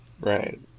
Right